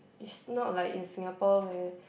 it's not like in Singapore where